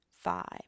five